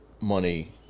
money